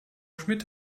schmidt